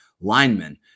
linemen